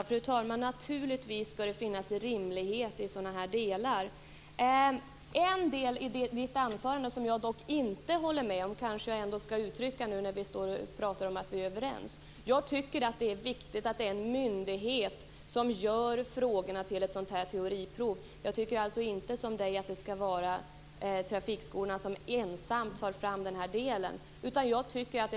Fru talman! Naturligtvis skall det finnas rimlighet i sådana här prov. En sak i Göte Jonssons anförande håller jag inte med om. Jag tycker att det är vikigt att det är en myndighet som gör frågorna i ett teoriprov. Jag tycker alltså inte som Göte Jonsson att det skall vara trafikskolorna som ensamma skall ansvara för det.